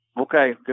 Okay